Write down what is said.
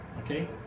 okay